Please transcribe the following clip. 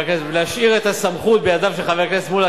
ולהשאיר את הסמכות בידיו של חבר הכנסת מולה